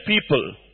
people